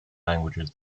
languages